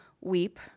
weep